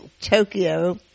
Tokyo